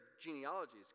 genealogies